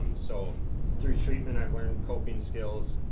so through treatment i've learned coping skills.